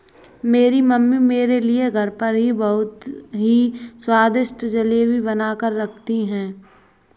मेरी मम्मी मेरे लिए घर पर ही बहुत ही स्वादिष्ट जेली बनाकर रखती है